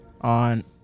on